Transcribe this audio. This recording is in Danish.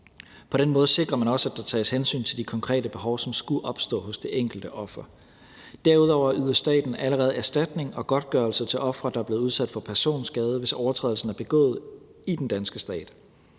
På den måde sikrer man også, at der tages hensyn til de konkrete behov, som skulle opstå hos det enkelte offer. Derudover yder staten allerede erstatning og godtgørelser til ofre, der er blevet udsat for personskade, hvis overtrædelsen er begået i den danske stat.